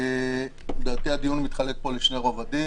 לדעתי הדיון כאן מתחלק לשני רבדים